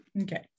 okay